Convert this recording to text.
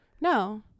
No